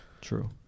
true